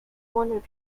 wondered